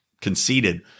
conceded